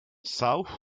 south